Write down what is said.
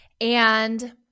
And-